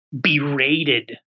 berated